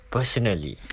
Personally